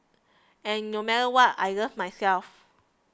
and no matter what I love myself